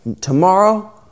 tomorrow